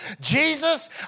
Jesus